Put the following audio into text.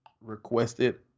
requested